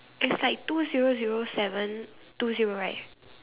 it's like two zero zero seven two zero right